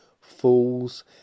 fools